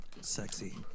sexy